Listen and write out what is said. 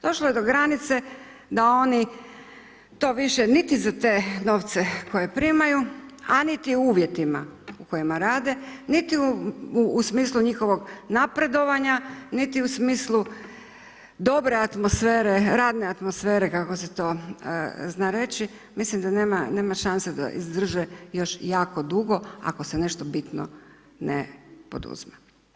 Došlo je do granice da oni to više niti za te novce koje primaju a niti u uvjetima u kojima rade, niti u smislu njihovog napredovanja, niti u smislu dobre atmosfere, radne atmosfere kako se to zna reći, mislim da nema šanse da izdrže još jako dugo ako se nešto bitno ne poduzme.